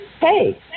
hey